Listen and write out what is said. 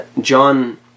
John